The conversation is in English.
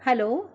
hello